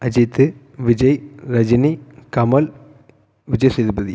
Ajith Vijay Rajini Kamal Vijay Sethupathi